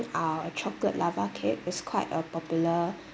uh chocolate lava cake it's quite a popular